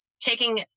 taking